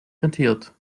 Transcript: rentiert